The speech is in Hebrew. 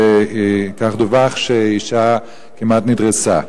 דווח שאשה כמעט נדרסה.